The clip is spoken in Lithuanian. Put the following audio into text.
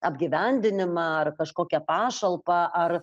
apgyvendinimą ar kažkokią pašalpą ar